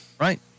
Right